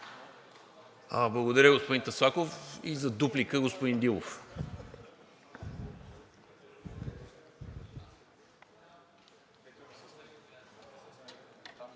Благодаря, господин Таслаков. И за дуплика, господин Дилов.